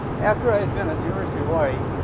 after i had been at the university of hawaii,